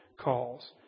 calls